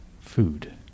food